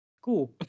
cool